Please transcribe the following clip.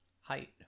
height